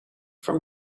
from